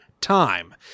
time